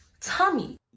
tummy